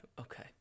okay